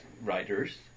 writers